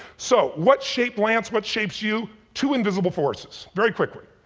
so, what shaped lance, what shapes you? two invisible forces, very quickly.